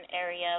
area